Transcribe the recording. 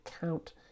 count